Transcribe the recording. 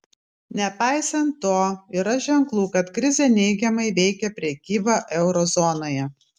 nepaisant to yra ženklų kad krizė neigiamai veikia prekybą euro zonoje